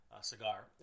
cigar